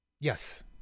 yes